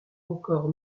encore